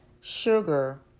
sugar